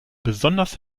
besonders